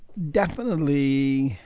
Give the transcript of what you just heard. definitely,